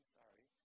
sorry